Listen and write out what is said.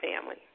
family